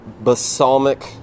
balsamic